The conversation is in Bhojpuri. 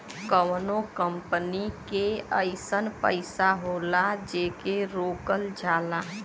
कउनो कंपनी के अइसन पइसा होला जेके रोकल जाला